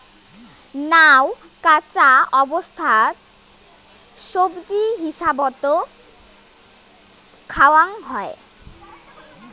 নাউ কাঁচা অবস্থাত সবজি হিসাবত খাওয়াং হই